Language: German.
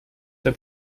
der